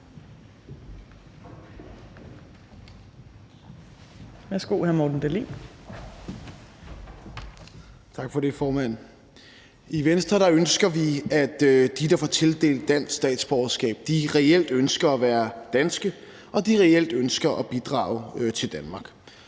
I Venstre ønsker vi, at de, der får tildelt dansk statsborgerskab, reelt ønsker at være danske, og at de reelt ønsker